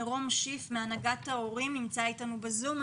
מרום שיף מהנהגת ההורים שנמצא אתנו בזום.